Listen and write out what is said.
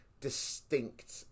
distinct